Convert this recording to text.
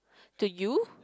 to you